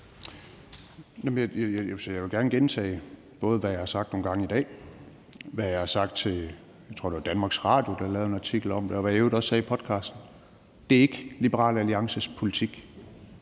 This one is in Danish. Jeg vil gerne gentage, både hvad jeg har sagt nogle gange i dag, hvad jeg har sagt til, jeg tror, det var Danmarks Radio, der lavede en artikel om det, og hvad jeg i øvrigt også sagde i podcasten. Det er ikke Liberal Alliances politik